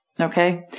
Okay